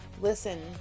Listen